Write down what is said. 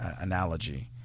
analogy